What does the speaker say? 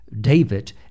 David